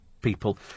people